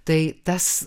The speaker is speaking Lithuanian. tai tas